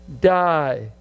die